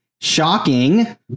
shocking